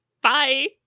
bye